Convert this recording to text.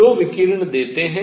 जो विकिरण देते हैं